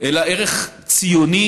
אלא ערך ציוני,